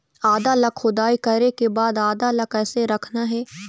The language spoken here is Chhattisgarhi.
आदा ला खोदाई करे के बाद आदा ला कैसे रखना हे?